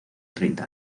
treinta